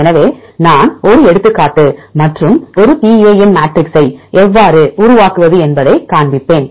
எனவே நான் ஒரு எடுத்துக்காட்டு மற்றும் ஒரு பிஏஎம் மேட்ரிக்ஸை எவ்வாறு உருவாக்குவது என்பதைக் காண்பிப்பேன்